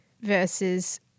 versus